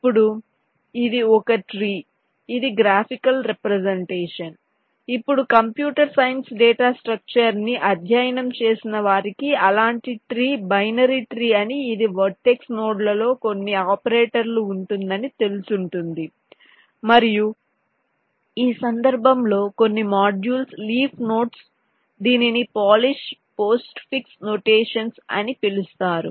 ఇప్పుడు ఇది ఒక ట్రీ ఇది గ్రాఫికల్ రెప్రెసెంటేషన్ ఇప్పుడు కంప్యూటర్ సైన్స్ డేటా స్ట్రక్చర్ ని అధ్యయనం చేసిన వారికి అలాంటి ట్రీ బైనరీ ట్రీ అని ఇది వర్టెక్స్ నోడ్లలో కొన్ని ఆపరేటర్లు ఉంటుందని తెలుసుంటుంది మరియు ఈ సందర్భంలో కొన్ని మాడ్యూల్స్ లీఫ్ నోడ్స్ దీనిని పోలిష్ పోస్ట్ఫిక్స్ నొటేషన్స్ అని పిలుస్తారు